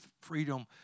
freedom